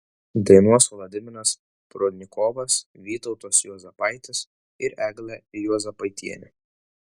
dainuos vladimiras prudnikovas vytautas juozapaitis ir eglė juozapaitienė